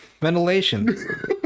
ventilation